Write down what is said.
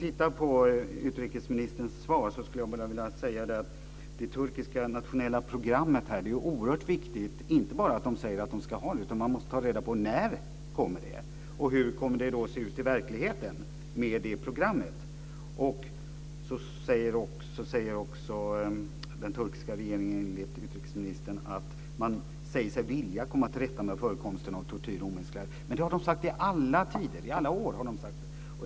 Beträffande utrikesministerns svar skulle jag vilja säga att det turkiska nationella programmet är oerhört viktigt, inte bara att de säger att de ska ha det, utan man måste ta reda på när det kommer och hur det kommer att se ut i verkligheten med det programmet. Enligt utrikesministern säger den turkiska regeringen också att den säger sig vilja komma till rätta med förekomsten av tortyr och omänsklighet. Men det har den sagt i alla tider, under alla år.